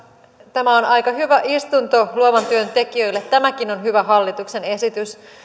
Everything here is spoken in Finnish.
tämä on aika hyvä istunto luovan työn tekijöille tämäkin on hyvä hallituksen esitys